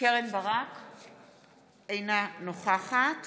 אינה נוכחת